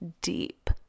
deep